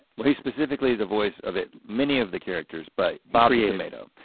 way specifically the voice of it many of the characters but bob the tomato,